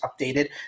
updated